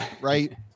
right